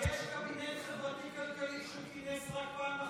הרי יש קבינט חברתי-כלכלי שהוא כינס רק פעם אחת,